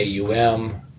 AUM